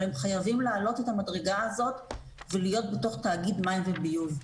אבל הם חייבים להעלות את המדרגה הזאת ולהיות בתוך תאגיד מים וביוב.